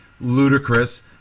ludicrous